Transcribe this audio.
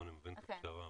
אני מבין את הפשרה.